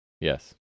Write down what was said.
Yes